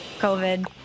COVID